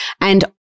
And-